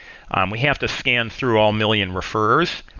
um we have to scan through all million refers,